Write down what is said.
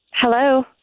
Hello